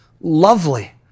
lovely